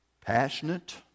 passionate